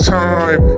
time